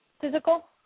physical